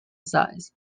size